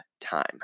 time